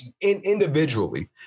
individually